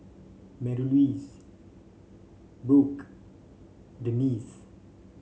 Marylouise Brooke Denise